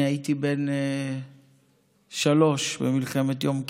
אני הייתי בן שלוש במלחמת יום כיפור.